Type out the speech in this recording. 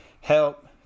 help